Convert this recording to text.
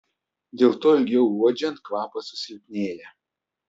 dėl to ilgiau uodžiant kvapas susilpnėja